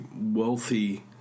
wealthy